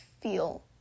feel